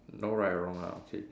no right or wrong lah okay